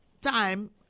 time